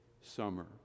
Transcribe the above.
summer